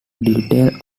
details